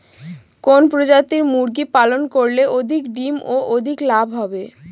কোন প্রজাতির মুরগি পালন করলে অধিক ডিম ও অধিক লাভ হবে?